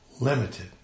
limited